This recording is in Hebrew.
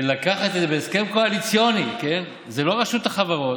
לקחת את זה, בהסכם קואליציוני, זו לא רשות החברות,